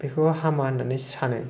बेखौ हामा होननानै सानो